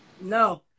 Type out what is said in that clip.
No